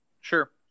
Sure